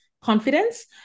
confidence